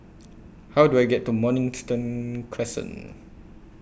How Do I get to Mornington Crescent